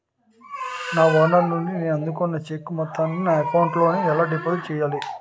నా ఓనర్ నుండి నేను అందుకున్న చెక్కు మొత్తాన్ని నా అకౌంట్ లోఎలా డిపాజిట్ చేయాలి?